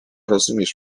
rozumiesz